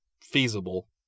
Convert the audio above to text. feasible